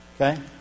Okay